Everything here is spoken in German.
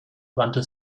wandte